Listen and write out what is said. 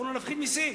יכולנו להפחית מסים.